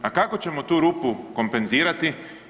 A kako ćemo tu rupu kompenzirati?